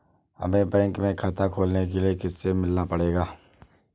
हमे बैंक में खाता खोलने के लिए किससे मिलना पड़ेगा?